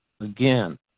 again